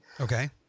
Okay